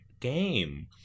game